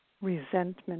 resentment